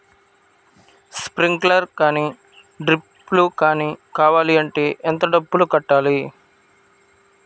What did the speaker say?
Sprinkler కానీ డ్రిప్లు కాని కావాలి అంటే ఎంత డబ్బులు కట్టాలి?